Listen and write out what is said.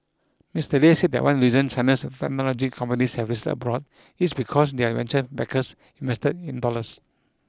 Mister Lei said that one reason China's technology companies have listed abroad is because their venture backers invested in dollars